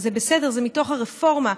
זה בסדר, זה מתוך הרפורמה,